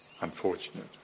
unfortunate